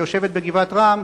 היושבת בגבעת-רם,